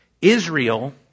Israel